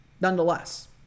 nonetheless